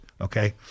okay